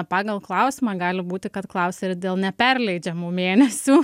pagal klausimą gali būti kad klausia ir dėl neperleidžiamų mėnesių